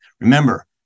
Remember